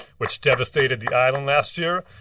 which devastated the island last year.